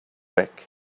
back